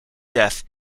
death